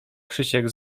krzysiek